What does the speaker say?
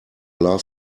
love